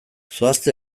zoazte